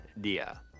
dia